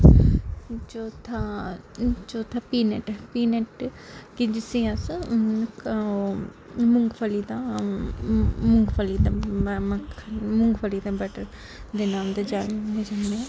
चौथा चौथा peanut peanut कि जिसी अस मूंगफली दा मूंगफली दा मक्खन मूंगफली दा बटर दे नाम नै जाने जन्ने